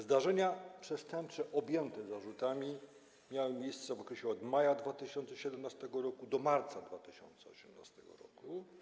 Zdarzenia przestępcze objęte zarzutami miały miejsce w okresie od maja 2017 r. do marca 2018 r.